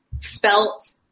felt